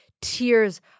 tears